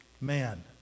man